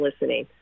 listening